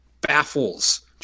baffles